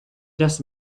das